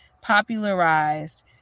popularized